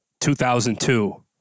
2002